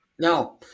No